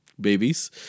babies